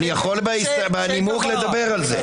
אני יכול בנימוק לדבר על זה.